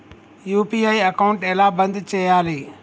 UPI account ఎలా బంద్ చేయాలి?